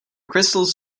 crystals